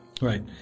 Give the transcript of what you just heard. right